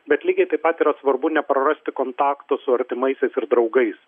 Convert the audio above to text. bet lygiai taip pat yra svarbu neprarasti kontaktų su artimaisiais ir draugais